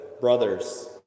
brothers